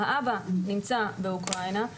האבא נמצא באוקראינה,